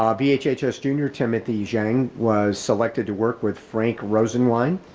um vhhs junior, timothy zhang was selected to work with frank rosenline,